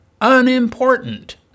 unimportant